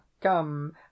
Come